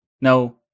No